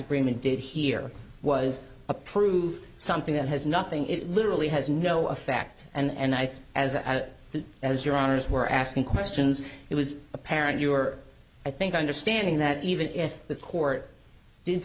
agreement did here was approved something that has nothing it literally has no effect and i think as the as your owners were asking questions it was apparent you were i think understanding that even if the court did